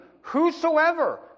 ...whosoever